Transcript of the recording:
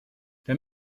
der